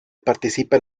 participa